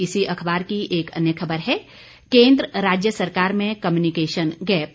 इसी अखबार की एक अन्य खबर है केन्द्र राज्य सरकार में कम्युनिकेशन गैप